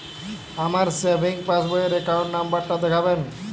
আমার savings passbook র account number টা দেখাবেন?